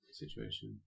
situation